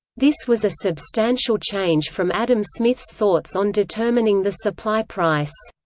this was a substantial change from adam smith's thoughts on determining the supply price.